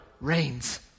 reigns